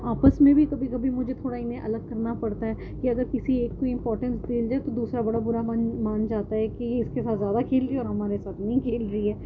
آپس میں بھی کبھی کبھی مجھے تھوڑا انہیں الگ کرنا پڑتا ہے کہ اگر کسی ایک کو امپورٹنس دے دیں تو دوسرا بڑا برا مان مان جاتا ہے کہ اس کے ساتھ زیادہ کھیل رہی اور ہمارے ساتھ نہیں کھیل رہی ہے